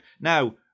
Now